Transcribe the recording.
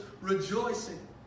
rejoicing